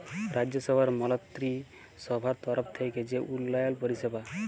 রাজ্যসভার মলত্রিসভার তরফ থ্যাইকে যে উল্ল্যয়ল পরিষেবা